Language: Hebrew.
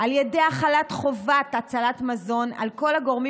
על ידי החלת חובת הצלת מזון על כל הגורמים